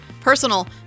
personal